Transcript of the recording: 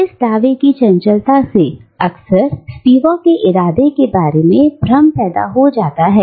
इस दावे की चंचलता से अक्सर स्पिवाक के इरादे के बारे में भ्रम पैदा हो जाता है